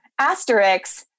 Asterix